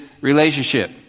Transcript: relationship